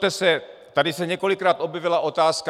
Nezlobte se, tady se několikrát objevila otázka.